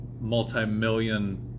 multi-million